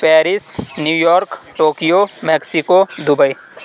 Paris New York Tokyo Mexico Dubai